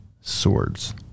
swords